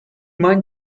mind